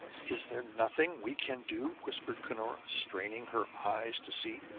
is there nothing we can do? whispered cunora, straining her eyes to see.